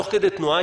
תוך כדי תנועה,